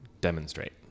demonstrate